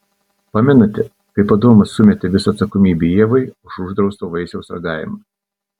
pamenate kaip adomas sumetė visą atsakomybę ievai už uždrausto vaisiaus ragavimą